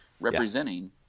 representing